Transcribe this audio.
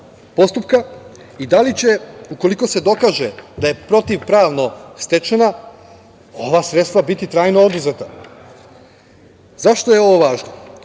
postupka i da li će ukoliko se dokaže da je protivpravno stečena, ova sredstva biti trajno oduzeta? Zašto je ovo važno?